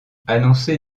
annoncé